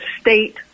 state